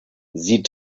sie